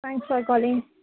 thanks for calling